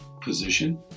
position